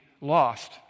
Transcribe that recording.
lost